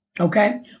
Okay